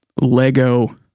Lego